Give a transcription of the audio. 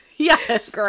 Yes